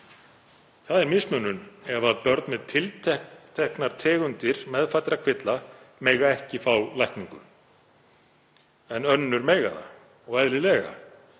Það er mismunun ef börn með tilteknar tegundir meðfæddra kvilla mega ekki fá lækningu en önnur mega það, og eðlilega.